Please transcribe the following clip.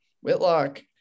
Whitlock